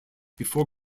before